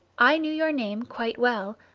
i knew your name quite well,